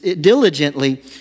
diligently